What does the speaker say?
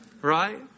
right